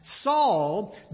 Saul